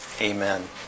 Amen